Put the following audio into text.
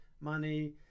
money